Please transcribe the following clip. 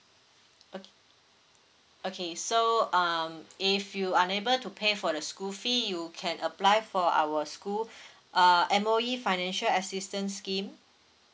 oka~ okay so uh if you unable to pay for the school fee you can apply for our school uh M_O_E financial assistance scheme